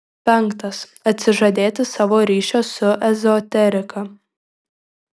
penktas atsižadėti savo ryšio su ezoterika